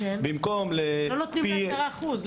במקום לפי --- לא נותנים לעשרה אחוז,